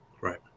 Right